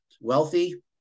Wealthy